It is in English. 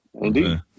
Indeed